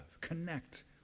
Connect